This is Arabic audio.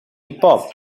بوب